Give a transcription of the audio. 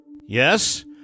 Yes